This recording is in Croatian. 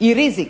i rizik.